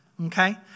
Okay